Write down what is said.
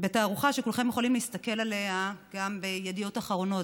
בתערוכה שכולכם יכולים להסתכל עליה גם בידיעות אחרונות.